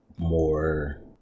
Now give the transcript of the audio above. more